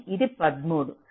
ఇది 13